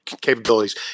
capabilities